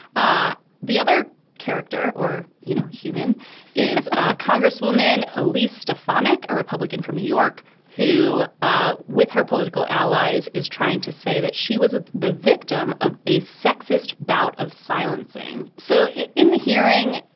ah the other character or, you know, human is ah congresswoman elise stefanik, a republican from new york who ah with her political allies, is trying to say that she was the victim of a sexist bout of silencing. so in the hearing,